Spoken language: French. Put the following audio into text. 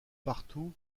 partout